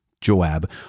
Joab